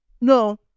No